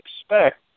expect